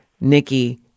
Nikki